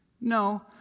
No